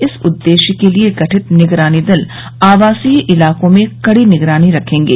इस उद्देश्य के लिए गठित निगरानी दल आवासीय इलाकों में कड़ी निगरानी रखेंगे